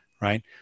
right